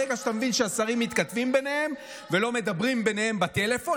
ברגע שאתה מבין שהשרים מתכתבים ביניהם ולא מדברים ביניהם בטלפון,